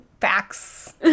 facts